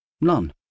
None